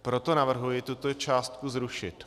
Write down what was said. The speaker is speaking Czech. Proto navrhuji tuto částku zrušit.